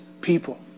people